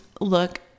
look